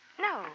no